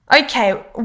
Okay